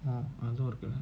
!alamak! lord